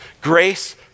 grace